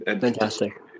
Fantastic